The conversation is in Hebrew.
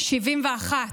71,